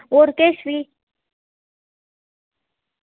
होर किश बी